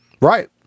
Right